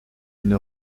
une